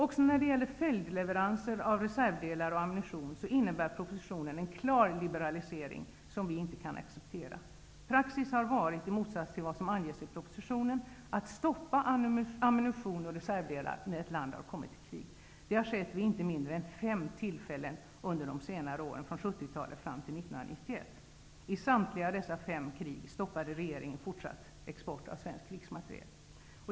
Också när det gäller följdleveranser av reservdelar och ammunition innebär propsitionens förslag en klar liberalisering som vi inte kan acceptera. Praxis har varit -- i motsats till vad som anges i propositionen -- att stoppa ammunition och reservdelar när ett land kommer i krig. Det har skett inte mindre än vid fem tillfällen från 70-talet fram till 1991. I samtliga dessa fem krig stoppade regeringen en fortsatt export av svensk krigsmateriel.